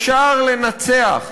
אפשר לנצח,